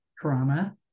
trauma